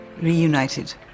reunited